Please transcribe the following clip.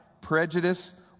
prejudice